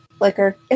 liquor